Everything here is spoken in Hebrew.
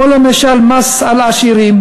למשל מס על עשירים,